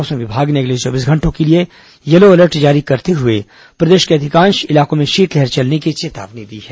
मौसम विभाग ने अगले चौबीस घंटों के लिए यलो अलर्ट जारी करते हुए प्रदेश के अधिकांश इलाकों में शीतलहर चलने की चेतावनी दी है